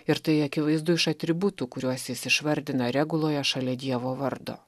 ir tai akivaizdu iš atributų kuriuos jis išvardina reguloje šalia dievo vardo